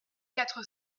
quatre